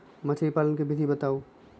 मछली पालन के विधि बताऊँ?